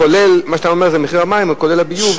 מה שאתה אומר זה מחיר המים לא כולל הביוב,